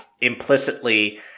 implicitly